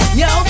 yo